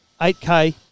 8K